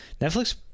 Netflix